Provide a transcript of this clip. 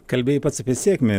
kalbėjai pats apie sėkmę